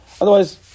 otherwise